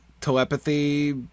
telepathy